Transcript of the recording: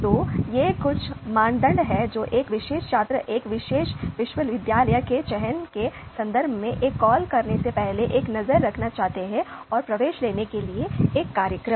तो ये कुछ मानदंड हैं जो एक विशेष छात्र एक विशेष विश्वविद्यालय के चयन के संदर्भ में एक कॉल करने से पहले एक नज़र रखना चाहते हैं और प्रवेश लेने के लिए एक कार्यक्रम